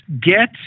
get –